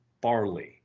barley